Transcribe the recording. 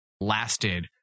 lasted